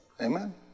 Amen